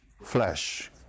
flesh